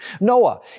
Noah